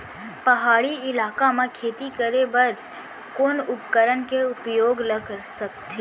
पहाड़ी इलाका म खेती करें बर कोन उपकरण के उपयोग ल सकथे?